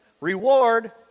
reward